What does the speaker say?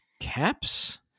caps